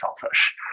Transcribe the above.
selfish